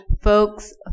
folks